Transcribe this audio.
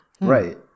right